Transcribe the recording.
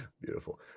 Beautiful